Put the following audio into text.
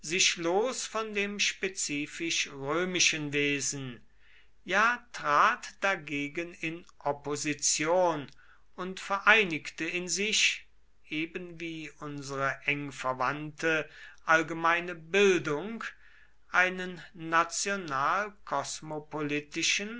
von dem spezifisch römischen wesen ja trat dagegen in opposition und vereinigte in sich ebenwie unsere eng verwandte allgemeine bildung einen